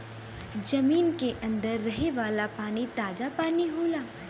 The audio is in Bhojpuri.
जमीन के अंदर रहे वाला पानी ताजा पानी होला